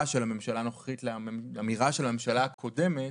של הממשלה הנוכחית לאמירה של הממשלה הקודמת,